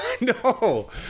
no